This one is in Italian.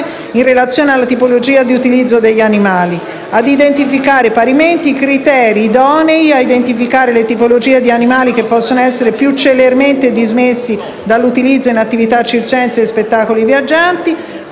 in relazione alla tipologia di utilizzo degli animali; identificare, parimenti, i criteri idonei ad identificare le tipologie di animali che possono essere più celermente dismessi dall'utilizzo in attività circensi e spettacoli viaggianti;